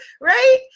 Right